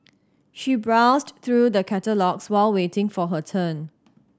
she browsed through the catalogues while waiting for her turn